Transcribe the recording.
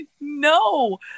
no